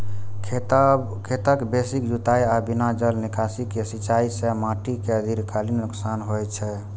खेतक बेसी जुताइ आ बिना जल निकासी के सिंचाइ सं माटि कें दीर्घकालीन नुकसान होइ छै